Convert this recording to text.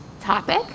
topic